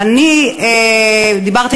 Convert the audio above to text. אני דיברתי,